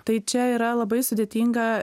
tai čia yra labai sudėtinga